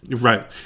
Right